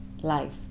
life